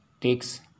takes